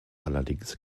allerdings